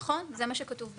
נכון, זה מה שכתוב בתיקון.